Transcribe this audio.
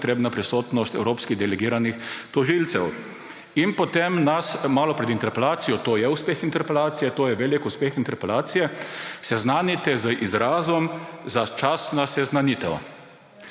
potrebna prisotnost evropskih delegiranih tožilcev. In potem nas malo pred interpelacijo, to je uspeh interpelacije, to je velik uspeh interpelacije, seznanite z izrazom »začasna seznanitev«.